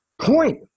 Point